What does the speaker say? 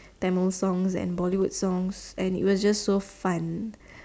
Tamil songs and Bollywood songs and it was just so fun